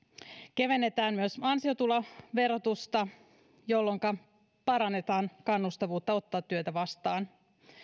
kevennetään myös ansiotuloverotusta jolloinka parannetaan kannustavuutta ottaa työtä vastaan